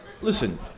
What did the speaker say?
Listen